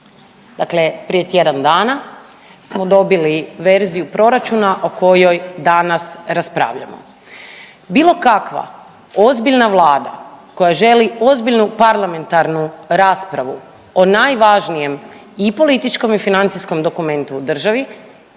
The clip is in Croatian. Dakle prije tjedan dana smo dobili verziju proračuna o kojoj danas raspravljamo. Bilo kakva ozbiljna Vlada koja želi ozbiljnu parlamentarnu raspravu o najvažnijem i političkom i financijskom dokumentu u državi